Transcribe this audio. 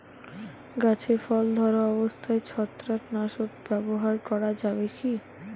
গাছে ফল ধরা অবস্থায় ছত্রাকনাশক ব্যবহার করা যাবে কী?